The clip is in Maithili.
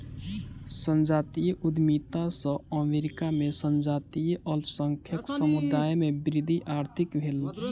संजातीय उद्यमिता सॅ अमेरिका में संजातीय अल्पसंख्यक समुदाय में आर्थिक वृद्धि भेल